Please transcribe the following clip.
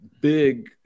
big